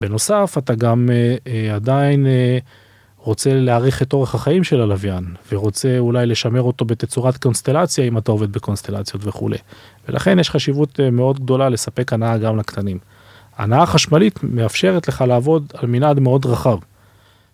בנוסף, אתה גם עדיין רוצה להעריך את אורך החיים של הלווין, ורוצה אולי לשמר אותו בתצורת קונסטלציה אם אתה עובד בקונסטלציות וכולי. ולכן יש חשיבות מאוד גדולה לספק הנעה גם לקטנים. הנעה החשמלית מאפשרת לך לעבוד על מנעד מאוד רחב.